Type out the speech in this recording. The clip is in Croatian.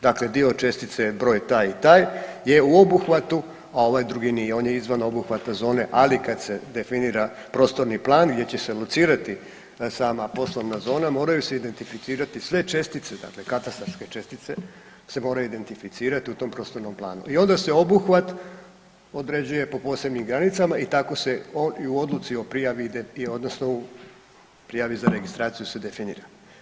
Dakle dio čestice je broj taj i taj je u obuhvatu, a ovaj drugi nije, on je izvan obuhvata zone, ali kad se definira prostorni plan gdje će se locirati sama poslovna zona moraju se identificirati sve čestice dakle katastarske čestice se moraju identificirati u tom prostornom planu i onda se obuhvat određuje po posebnim granicama i tako se i u odluci o prijavi, odnosno prijavi za registraciju se definira.